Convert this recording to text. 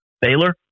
Baylor